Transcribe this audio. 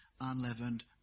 unleavened